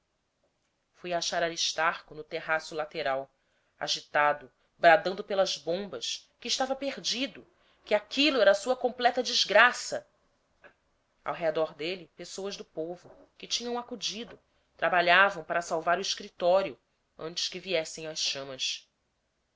fui achar aristarco no terraço lateral agitado bradando pelas bombas que estava perdido que aquilo era a sua completa desgraça ao redor dele pessoas do povo que tinham acudido trabalhavam para salvar o escritório antes que viessem as chamas